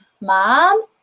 Mom